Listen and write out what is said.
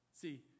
See